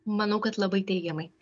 manau kad labai teigiamai